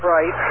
Right